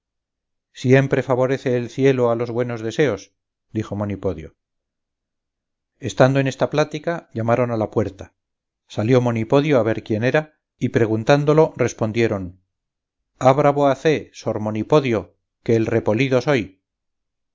siempre favorece el cielo a los buenos deseos dijo monipodio estando en esta plática llamaron a la puerta salió monipodio a ver quién era y preguntándolo respondieron abra voacé sor monipodio que el repolido soy